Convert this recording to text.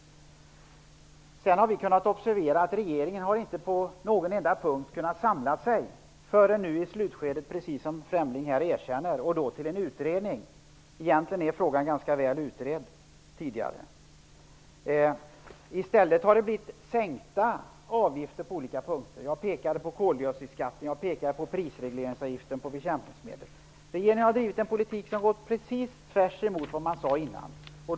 Sedan har vi kunnat observera att regeringen inte på en enda punkt kunnat samla sig förrän nu i slutskedet, precis som Lennart Fremlig erkänner, om att tillsätta en utredning. Egentligen är frågan ganska väl utredd sedan tidigare. Ni har i stället sänkt avgifter på olika punkter -- koldioxidskatten, prisregleringsavgiften på bekämpningsmedel. Regeringen för en politik som går precis tvärtemot vad man sade tidigare.